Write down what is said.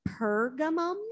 pergamum